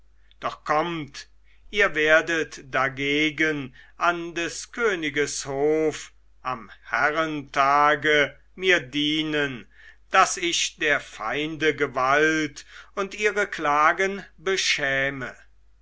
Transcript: doch kommt ihr werdet dagegen an des königes hof am herren tage mir dienen daß ich der feinde gewalt und ihre klagen beschäme